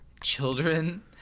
children